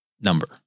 Number